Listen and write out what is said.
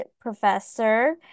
professor